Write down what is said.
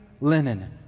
linen